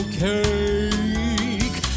cake